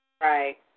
Right